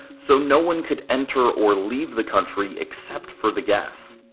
so no one could enter or leave the country except for the guests.